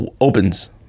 opens